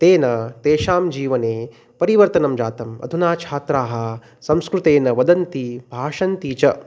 तेन तेषां जीवने परिवर्तनं जातम् अधुना छात्राः संस्कृतेन वदन्ति भाषन्ते च